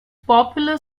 popular